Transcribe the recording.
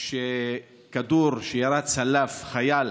שכדור שירה צלף, חייל,